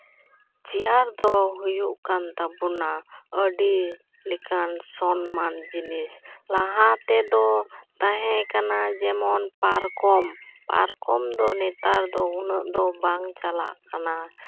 chair ᱫᱚ ᱦᱩᱭᱩᱜ ᱠᱟᱱ ᱛᱟᱵᱚᱱᱟ ᱟᱹᱰᱤ ᱞᱮᱠᱟᱱ ᱥᱚᱱᱢᱟᱱ ᱡᱤᱱᱤᱥ ᱞᱟᱦᱟ ᱛᱮᱫᱚ ᱛᱟᱦᱮᱠᱟᱱᱟ ᱡᱮᱢᱚᱱ ᱯᱟᱨᱠᱚᱢ ᱯᱟᱨᱠᱚᱢ ᱫᱚ ᱱᱮᱛᱟᱨ ᱫᱚ ᱩᱱᱟᱹᱜ ᱫᱚ ᱵᱟᱝ ᱪᱟᱞᱟᱜ ᱠᱟᱱᱟ